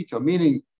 meaning